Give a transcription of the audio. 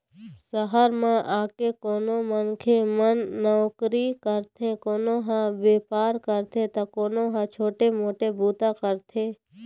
सहर म आके कोनो मनखे मन नउकरी करथे, कोनो ह बेपार करथे त कोनो ह छोटे मोटे बूता करथे